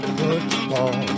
football